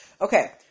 Okay